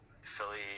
Philly